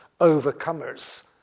overcomers